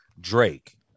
Drake